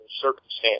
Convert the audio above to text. circumstance